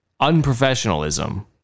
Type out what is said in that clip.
unprofessionalism